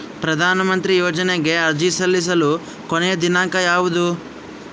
ಪ್ರಧಾನ ಮಂತ್ರಿ ಯೋಜನೆಗೆ ಅರ್ಜಿ ಸಲ್ಲಿಸಲು ಕೊನೆಯ ದಿನಾಂಕ ಯಾವದು?